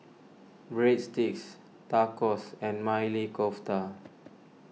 Breadsticks Tacos and Maili Kofta